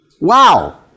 Wow